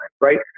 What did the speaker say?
right